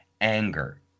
anger